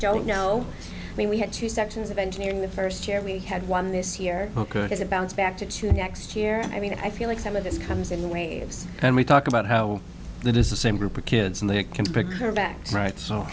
don't know i mean we had two sections of engineering the first year we had one this year as a bounce back to to next year i mean i feel like some of this comes in waves and we talk about how it is the same group of kids and they can pick her back right so